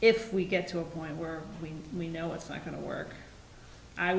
if we get to a point where we we know it's not going to work i